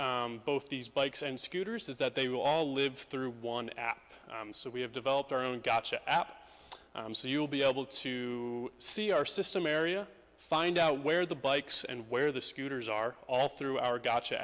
both these bikes and scooters is that they will all live through one app so we have developed our own gotcha app so you'll be able to see our system area find out where the bikes and where the scooters are all through our gotch